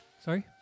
Sorry